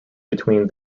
between